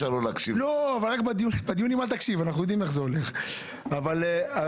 אני לא יודע אם התנסית עם הצוות אבל יש לך פה צוות